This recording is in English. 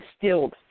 instilled